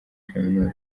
kaminuza